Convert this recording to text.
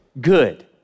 good